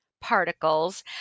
particles